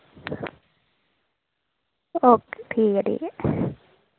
okay ठीक ठीक ऐ